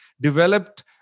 developed